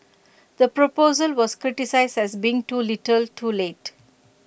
the proposal was criticised as being too little too late